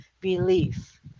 belief